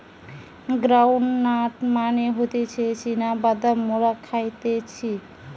ground nut মানে হতিছে চীনা বাদাম মোরা খাইতেছি